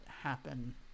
happen